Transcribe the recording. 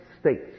states